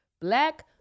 Black